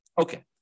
Okay